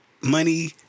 money